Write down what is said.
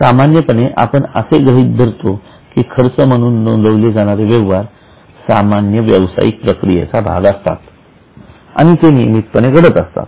सामान्यपणे आपण असे गृहीत धरतो की खर्च म्हणून नोंदविले जाणारे व्यवहार सामान्य व्यवसायिक प्रक्रियेचा भाग असतात आणि ते नियमितपणे घडत असतात